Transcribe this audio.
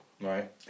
Right